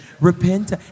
repent